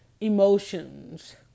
Emotions